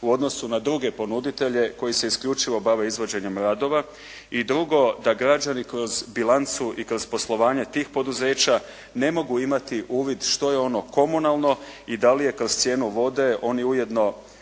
u odnosu na druge ponuditelje koji se isključivo bave izvođenjem radova. I drugo, da građani kroz bilancu i kroz poslovanje tih poduzeća ne mogu imati uvid što je ono komunalno i da li je kroz cijenu vodi, oni ujedno